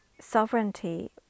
sovereignty